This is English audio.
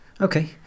Okay